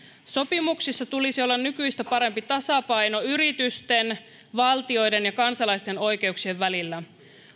sopimuksissa tulisi olla nykyistä parempi tasapaino yritysten valtioiden ja kansalaisten oikeuksien välillä